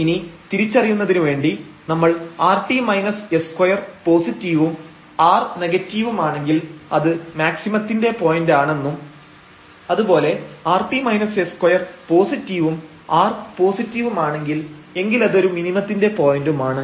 ഇനി തിരിച്ചറിയുന്നതിനു വേണ്ടി നമ്മൾ rt s2 പോസിറ്റീവും r നെഗറ്റിവുമാണെങ്കിൽ അത് മാക്സിമത്തിന്റെ പോയന്റാണെന്നും അത് പോലെ rt s2 പോസിറ്റീവും r പോസിറ്റീവുമാണെങ്കിൽ എങ്കിലത് ഒരു മിനിമത്തിന്റെ പോയന്റുമാണ്